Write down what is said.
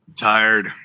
Tired